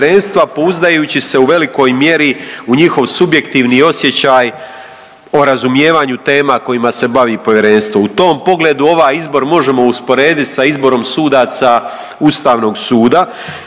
pouzdajući se u velikoj mjeri u njegov subjektivni osjećaj o razumijevanju tema kojima se bavi povjerenstvo. U tom pogledu ovaj izbor možemo usporediti sa izborom sudaca Ustavnog suda,